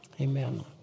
Amen